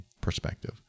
perspective